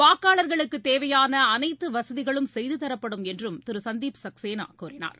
வாக்காளர்களுக்கு தேவையான அனைத்து வசதிகளும் செய்து தரப்படும் என்றும் திரு சந்தீப் சக்ஷேனா கூறினார்